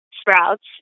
Sprouts